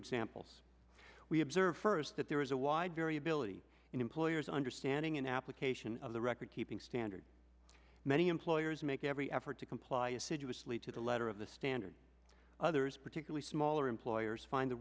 examples we observe first that there is a wide variability in employers understanding and application of the record keeping standard many employers make every effort to comply assiduously to the letter of the standard others particularly smaller employers find the